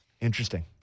Interesting